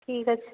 ঠিক আছে